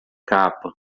capa